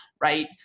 Right